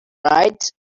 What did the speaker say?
right